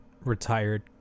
retired